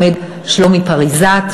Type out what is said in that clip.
עומד שלומי פריזט,